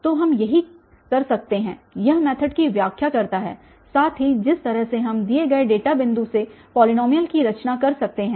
तो हम यही कर सकते हैं यहमैथड की व्याख्या करता है साथ ही जिस तरह से हम दिए गए डेटा बिंदुओं से पॉलीनॉमियल की रचना कर सकते हैं